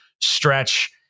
stretch